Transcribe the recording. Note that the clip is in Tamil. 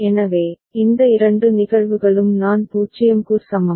எனவே இந்த இரண்டு நிகழ்வுகளும் நான் 0 க்கு சமம்